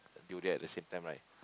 durian at the same time right